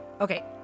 Okay